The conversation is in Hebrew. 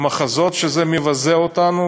מחזות שזה מבזה אותנו,